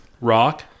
rock